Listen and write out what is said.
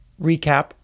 recap